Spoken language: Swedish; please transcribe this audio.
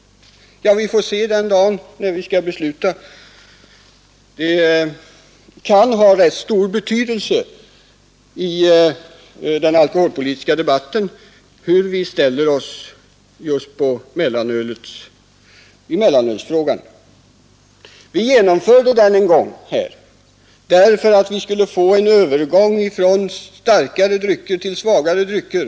Det får vi se den dag då vi skall fatta beslut. I den alkoholpolitiska debatten har det ganska stor betydelse hur vi ställer oss just i mellanölsfrågan. När riksdagen beslutade om att införa mellanöl, så gjorde man det därför, att man ville åstadkomma en övergång från starkare till svagare alkoholdrycker.